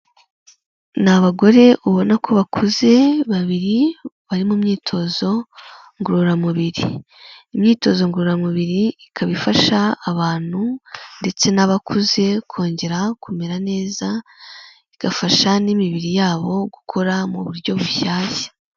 Ni abagore ubona ko bakuze babiri bari mu myitozo ngororamubiri. Imyitozo ngororamubiri ikaba ifasha abantu ndetse n'abakuze kongera kumera neza, igafasha n'imibiri yabo gukora mu buryo bushyashya.